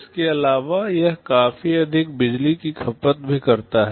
इसके अलावा यह काफी अधिक बिजली की खपत भी करता है